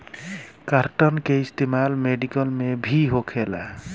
cotton के इस्तेमाल medical में भी होखेला